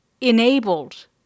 enabled